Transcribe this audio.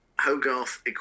Hogarth